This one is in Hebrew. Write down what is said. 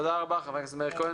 תודה רבה, חבר הכנסת מאיר כהן.